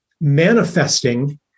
manifesting